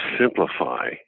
simplify